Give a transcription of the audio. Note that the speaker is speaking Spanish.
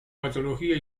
patología